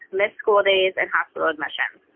missed school days, and hospital admission.